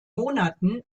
monaten